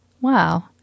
Wow